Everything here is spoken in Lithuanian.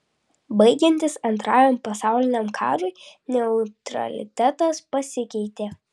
baigiantis antrajam pasauliniam karui neutralitetas pasikeitė